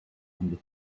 and